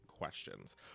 Questions